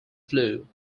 flu